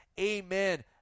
amen